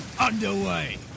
underway